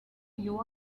you